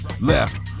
left